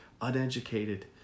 uneducated